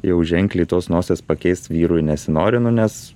jau ženkliai tos nosies pakeist vyrui nesinori nu nes